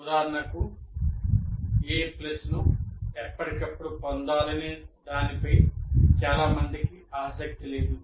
ఉదాహరణకు ఎ ప్లస్ను ఎప్పటికప్పుడు పొందాలనే దానిపై చాలా మందికి ఆసక్తి లేదు